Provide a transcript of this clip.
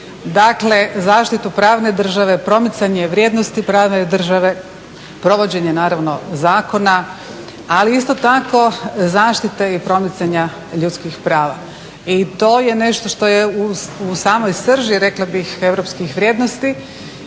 Dakle, zaštitu pravne države, promicanje vrijednosti pravne države, provođenje naravno zakona ali isto tako zaštite i promicanja ljudskih prava. I to je nešto što je u samoj srži rekla bih europskih vrijednosti